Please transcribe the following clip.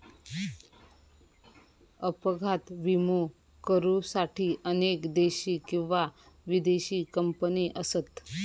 अपघात विमो करुसाठी अनेक देशी किंवा विदेशी कंपने असत